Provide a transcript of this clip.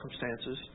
circumstances